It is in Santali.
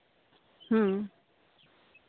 ᱦᱮᱸ